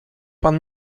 pan